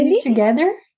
together